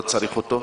לא צריך אותו.